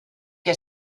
que